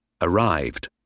arrived